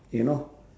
you know